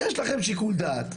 יש לכם שיקול דעת,